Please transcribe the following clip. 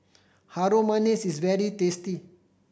Harum Manis is very tasty